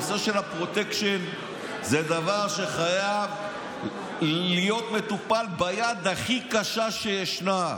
הנושא של הפרוטקשן זה דבר שחייב להיות מטופל ביד הכי קשה שישנה.